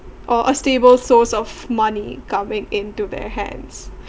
or a stable source of money coming into their hands